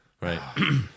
Right